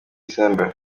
december